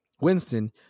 Winston